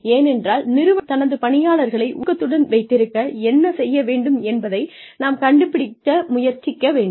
ஏனென்றால் நிறுவனம் தனது பணியாளர்களை ஊக்கத்துடன் வைத்திருக்க என்ன செய்ய வேண்டும் என்பதை நாம் கண்டுபிடிக்க முயற்சிக்க வேண்டும்